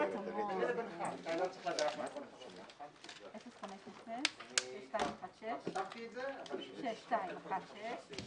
בשעה 13:05.